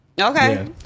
Okay